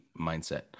mindset